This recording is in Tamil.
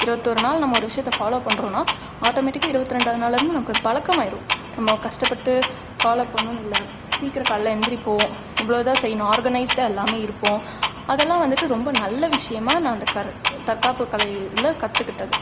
இருபத்தொரு நாள் நம்ம ஒரு விஷயத்தை ஃபாலோ பண்றோம்னா ஆட்டோமேட்டிக்காக இருபத்தி ரெண்டாவது நாளிலருந்து நமக்கு அது பழக்கமாகிரும் நம்ம கஷ்டப்பட்டு ஃபாலோ பண்ணணும் இல்லை சீக்கிரம் காலையில எழுந்திரிப்போம் இவ்ளோதான் செய்யணும் ஆர்கனைசடாக இல்லாமல் இருப்போம் அதெல்லாம் வந்துட்டு ரொம்ப நல்ல விஷயமாக நான் அந்த கற் தற்காப்பு கலையில் கற்றுக்கிட்டது